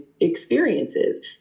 experiences